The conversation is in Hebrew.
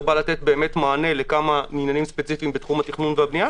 זה בא לתת מענה לכמה עניינים ספציפיים בתחום התכנון והבנייה,